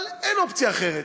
אבל אין אופציה אחרת.